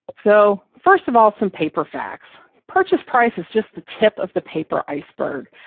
so first of all, some paper facts purchase price is just the tip of the paper iceberg,